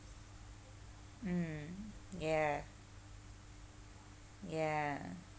mm ya ya